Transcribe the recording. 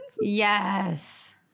Yes